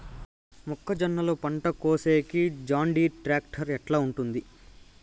మొక్కజొన్నలు పంట కోసేకి జాన్డీర్ టాక్టర్ ఎట్లా ఉంటుంది?